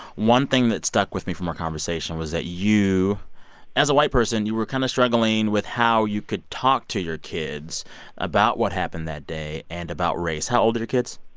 one thing that stuck with me from our conversation was that you as a white person, you were kind of struggling with how you could talk to your kids about what happened that day and about race. how old are your kids?